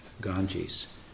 Ganges